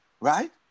right